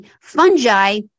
fungi